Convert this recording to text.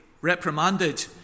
reprimanded